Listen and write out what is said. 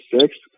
sixth